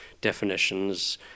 definitions